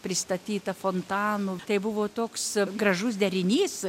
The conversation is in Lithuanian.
pristatyta fontanų tai buvo toks gražus derinys